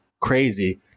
crazy